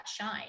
shine